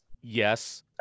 Yes